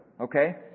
Okay